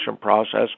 process